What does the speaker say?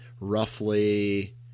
roughly